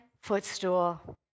footstool